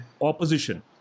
opposition